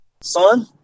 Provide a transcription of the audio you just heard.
son